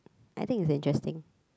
I think it's interesting